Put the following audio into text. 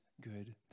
good